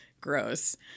gross